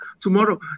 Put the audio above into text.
Tomorrow